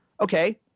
Okay